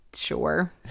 sure